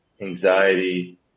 anxiety